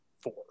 four